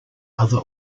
other